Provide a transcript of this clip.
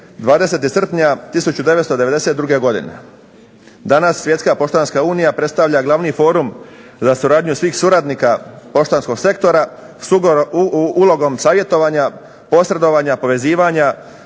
20. srpnja 1992. godine. Danas Svjetska poštanska unija predstavlja glavni forum za suradnju svih suradnika poštanskog sektora s ulogom savjetovanja, posredovanja, povezivanja,